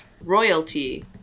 royalty